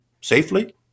safely